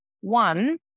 One